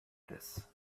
this